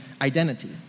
identity